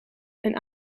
een